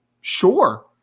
Sure